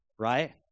Right